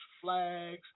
flags